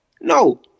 No